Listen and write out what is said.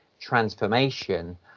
transformation